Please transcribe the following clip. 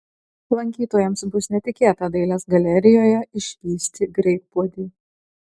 lankytojams bus netikėta dailės galerijoje išvysti greitpuodį